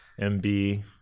M-B